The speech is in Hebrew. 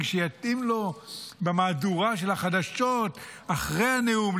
שיתאים לו במהדורה של החדשות אחרי הנאום,